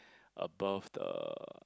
above the